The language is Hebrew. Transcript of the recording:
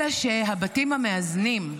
אלא שהבתים המאזנים,